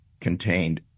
contained